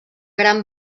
gran